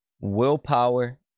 Willpower